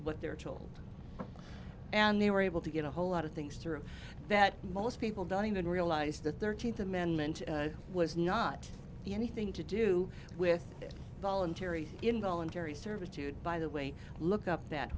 what they're told and they were able to get a whole lot of things through that most people don't even realize the thirteenth amendment was not anything to do with this voluntary involuntary servitude by the way look up that